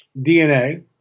DNA